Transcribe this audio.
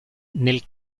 nel